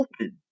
open